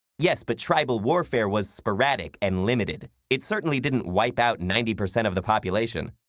yes, but tribal warfare was sporadic and limited. it certainly didn't wipe out ninety percent of the population.